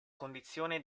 condizione